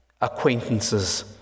acquaintances